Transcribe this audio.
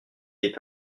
est